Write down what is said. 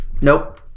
nope